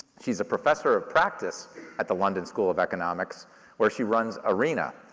she's a professor of practice at the london school of economics where she runs arena,